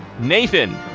Nathan